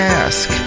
ask